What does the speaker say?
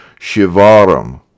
Shivaram